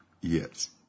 Yes